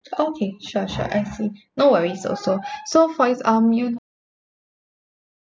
okay sure sure I see no worries also so for it's um you